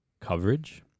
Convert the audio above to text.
coverage